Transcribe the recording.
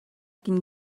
can